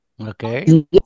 Okay